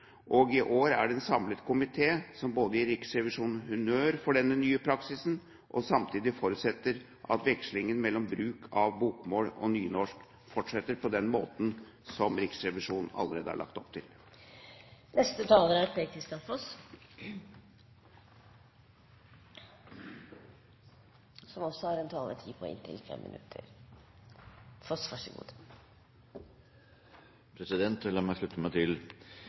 I år er det en samlet komité som både gir Riksrevisjonen honnør for denne nye praksisen og samtidig forutsetter at vekslingen mellom bruken av bokmål og nynorsk fortsetter på den måten som Riksrevisjonen allerede har lagt opp til. La meg slutte meg til de konklusjoner som representanten Martin Kolberg gjorde som saksordfører. Det er en